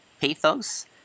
pathos